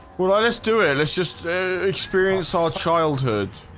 well, i just do it. it's just experience our childhood.